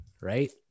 Right